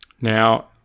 Now